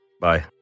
Bye